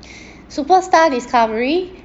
super star discovery